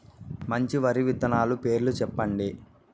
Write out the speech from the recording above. మంచి వరి విత్తనాలు పేర్లు చెప్పండి?